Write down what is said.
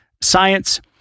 science